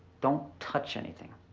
don't touch anything.